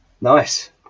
Nice